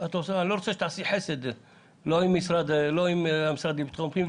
אני לא רוצה שתעשי חסד לא עם המשרד לביטחון הפנים,